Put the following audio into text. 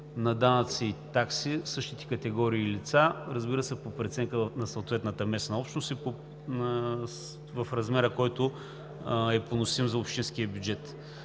на данъци и такси същите категории лица, разбира се, по преценка на съответната местна общност и в размера, който е поносим за общинския бюджет.